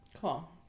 Cool